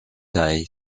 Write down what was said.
day